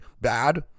bad